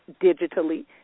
digitally